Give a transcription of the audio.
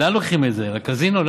לאן לוקחים את זה, גברת פדידה, לקזינו?